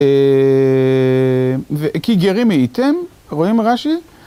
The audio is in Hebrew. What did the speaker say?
וכי גרים מאיתם, רואים רשי?